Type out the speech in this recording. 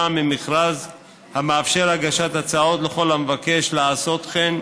ממכרז המאפשר הגשת הצעות לכל המבקש לעשות כן,